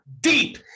deep